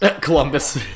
Columbus